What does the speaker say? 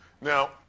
Now